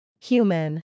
Human